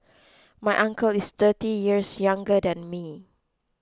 my uncle is thirty years younger than me